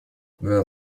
where